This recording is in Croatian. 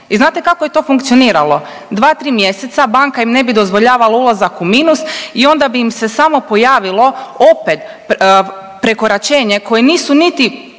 i znate kako je to funkcioniralo, 2-3 mjeseca banka im ne bi dozvoljavala ulazak u minus i onda bi im se samo pojavilo opet prekoračenje koje nisu niti